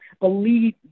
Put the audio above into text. believe